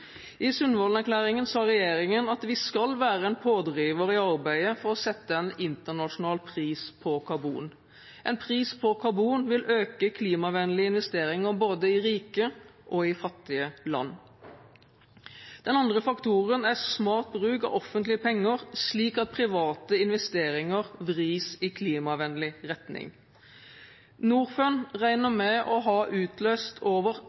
I Sundvolden-erklæringen sa regjeringen at vi skal være en pådriver i arbeidet for å sette en internasjonal pris på karbon. En pris på karbon vil øke klimavennlige investeringer i både rike og fattige land. Den andre faktoren er smart bruk av offentlige penger, slik at private investeringer vris i klimavennlig retning. Norfund regner med å ha utløst over